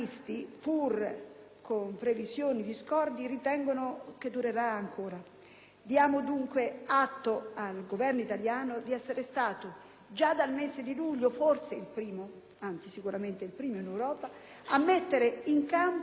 con previsioni discordi, ritengono che durerà ancora. Diamo dunque atto al Governo italiano di essere stato, già dal mese di luglio, forse il primo - anzi, in Europa sicuramente il primo - a mettere in campo misure